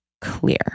clear